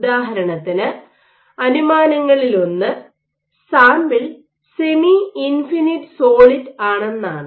ഉദാഹരണത്തിന് അനുമാനങ്ങളിലൊന്ന് sample semi infinite solid ആണെന്നാണ്